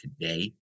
today